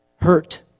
hurt